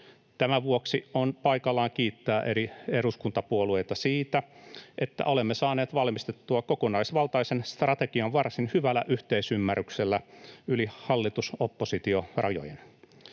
Tämän vuoksi on paikallaan kiittää eri eduskuntapuolueita siitä, että olemme saaneet valmisteltua kokonaisvaltaisen strategian varsin hyvällä yhteisymmärryksellä yli hallitus—oppositio-rajojen.